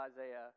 Isaiah